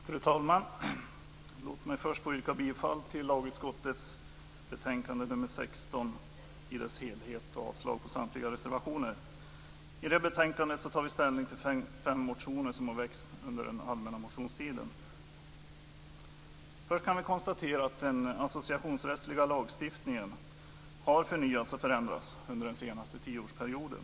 Fru talman! Låt mig först yrka bifall till lagutskottets hemställan i betänkande nr 16 i dess helhet och avslag på samtliga reservationer. I betänkandet tar vi ställning till fem motioner som har väckts under den allmänna motionstiden. Först kan vi konstatera att den associationsrättsliga lagstiftningen har förnyats och förändrats under den senaste tioårsperioden.